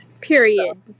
period